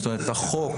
החוק,